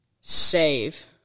Save